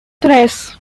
tres